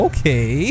Okay